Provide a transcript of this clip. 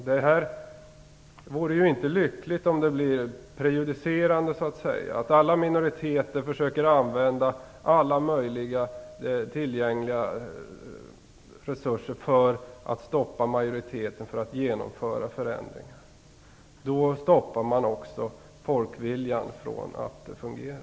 Det vore inte lyckligt om det blev prejudicerande, dvs. att alla minoriteter försöker använda alla möjliga tillgängliga resurser för att stoppa majoriteten att genomföra förändringar. Då hindrar man också folkviljan från att fungera.